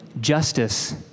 justice